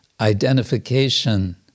identification